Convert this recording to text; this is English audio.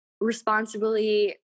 responsibly